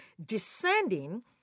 descending